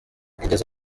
igeze